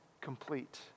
complete